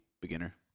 beginner